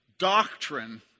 Doctrine